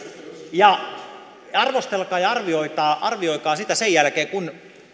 arvostelkaa ja arvioikaa sitä sen jälkeen kun